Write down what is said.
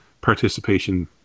participation